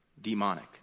demonic